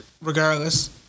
regardless